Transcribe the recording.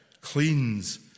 cleans